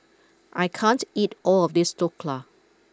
I can't eat all of this Dhokla